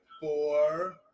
four